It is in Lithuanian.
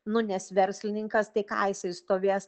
nu nes verslininkas tai ką jisai stovės